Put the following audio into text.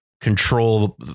control